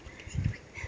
what's he doing